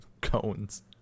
cones